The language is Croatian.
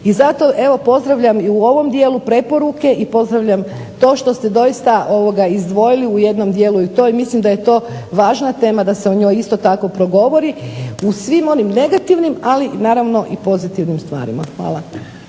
I zato evo pozdravljam i u ovom dijelu preporuke i pozdravljam to što ste doista izdvojili u jednom dijelu i to i mislim da je to važna tema da se o njoj isto tako progovori u svim onim negativnim, ali naravno i pozitivnim stvarima. Hvala.